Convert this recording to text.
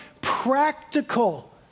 practical